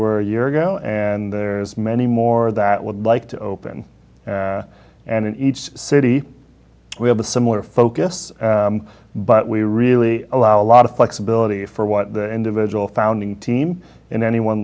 were a year ago and there's many more that would like to open and in each city we have a similar focus but we really allow a lot of flexibility for what the individual founding team in any one